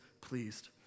pleased